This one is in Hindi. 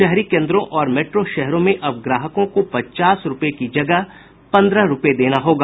शहरी केन्द्रों और मेट्रो शहरों में अब ग्राहकों को पचास रूपये की जगह पन्द्रह रूपये देना होगा